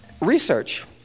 Research